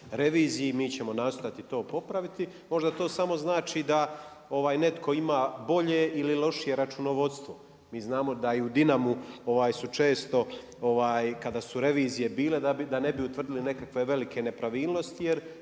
reviziji, mi ćemo nastojati to popraviti, možda to samo znači da netko ima bolje ili lošije računovodstvo. Mi znamo da i u Dinamu su često kada su revizije bile, da ne bi utvrdili nekakve velike nepravilnosti